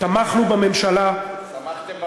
תמכנו בממשלה, תמכתם במלחמה.